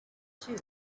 too